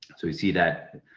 so we see that